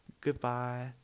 Goodbye